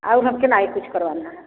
और हमको नहीं कुछ करवाना है